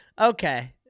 Okay